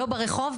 לא ברחוב,